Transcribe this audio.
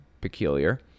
peculiar